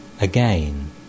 again